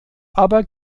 aber